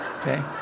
Okay